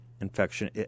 infection